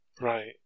Right